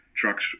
trucks